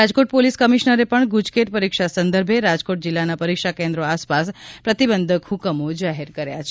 Rajkot police કમિશનરે પણ ગુજકેટ પરીક્ષા સંદર્ભે રાજકોટ જિલ્લાના પરીક્ષા કેન્દ્રો આસપાસ પ્રતિબંધક હુકમો જાહેર કર્યા છે